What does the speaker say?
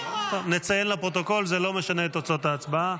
נציין לפרוטוקול, זה לא משנה את תוצאות ההצבעה.